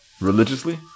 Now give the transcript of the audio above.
Religiously